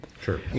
Sure